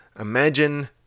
Imagine